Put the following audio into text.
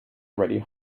already